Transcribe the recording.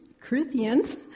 Corinthians